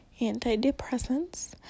antidepressants